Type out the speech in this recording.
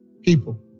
people